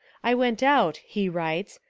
i went out, he writes,